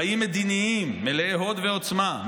חיים מדיניים מלאי הוד ועוצמה.